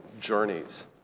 journeys